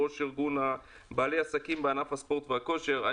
ארגון בעלי העסקים בענף הספורט והכושר.